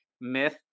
myth